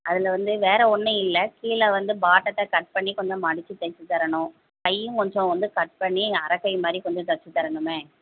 அதில் வந்து வேறு ஒன்றும் இல்லை கீழே வந்து பாட்டத்தை கட் பண்ணி கொஞ்சம் மடித்து தைச்சி தரணும் கையும் கொஞ்சம் வந்து கட் பண்ணி அரக்கை மாதிரி கொஞ்சம் தைச்சு தரணுமே